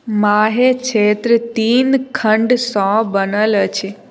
माहे क्षेत्र तीन खण्डसँ बनल अछि